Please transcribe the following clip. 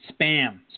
Spam